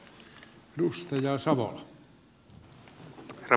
herra puhemies